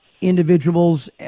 individuals